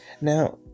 Now